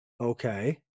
Okay